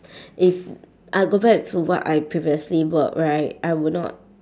if I go back to what I previously work right I would not